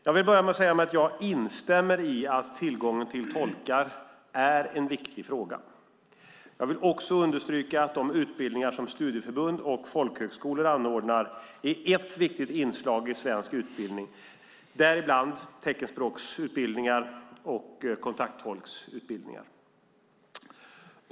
Jag vill börja med att säga att jag instämmer i att tillgången till tolkar är en viktig fråga. Jag vill också understryka att de utbildningar som studieförbund och folkhögskolor anordnar är ett viktigt inslag i svensk utbildning, däribland teckenspråksutbildningar och kontakttolksutbildningar.